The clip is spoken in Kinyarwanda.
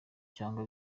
cyangwa